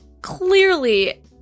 clearly